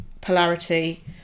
Polarity